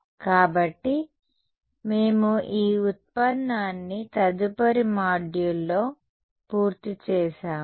కాబట్టి మేము ఈ ఉత్పన్నాన్ని తదుపరి మాడ్యూల్లో పూర్తి చేస్తాము